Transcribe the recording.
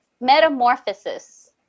Metamorphosis